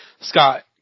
Scott